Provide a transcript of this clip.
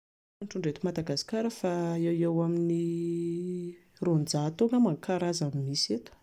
Ny trondro misy eto Madagasikara efa eo ho eo amin'ny roanjato eo anagamba ny karazany misy eto